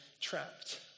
trapped